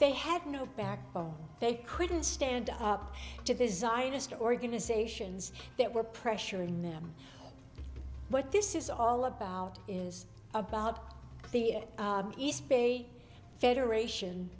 they had no backbone they couldn't stand up to the zionist organizations that were pressuring them but this is all about is about the east bay federation